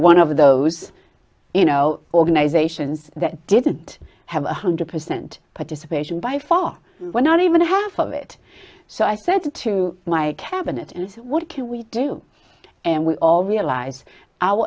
one of those you know organizations that didn't have a hundred percent participation by far when not even half of it so i said to my cabinet is what can we do and we all realize